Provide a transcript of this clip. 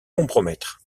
compromettre